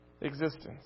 existence